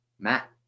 Matt